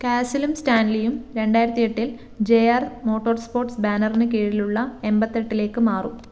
കാസിലും സ്റ്റാൻലിയും രണ്ടായിരത്തിയെട്ടിൽ J R motor sports ബാനറിന് കീഴിലുള്ള എൺപത്തെട്ടിലേക്ക് മാറും